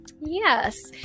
Yes